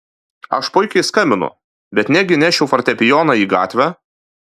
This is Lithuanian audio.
aš puikiai skambinu bet negi nešiu fortepijoną į gatvę